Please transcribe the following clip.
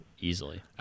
easily